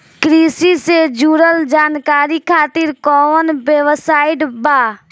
कृषि से जुड़ल जानकारी खातिर कोवन वेबसाइट बा?